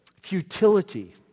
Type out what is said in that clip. futility